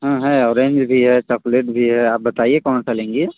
हाँ है ऑरेंज भी है चॉकलेट भी है आप बताइए कौन सा लेंगी